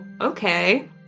okay